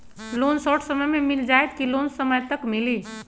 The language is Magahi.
लोन शॉर्ट समय मे मिल जाएत कि लोन समय तक मिली?